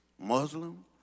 muslim